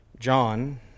John